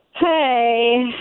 Hey